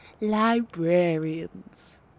Librarians